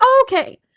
okay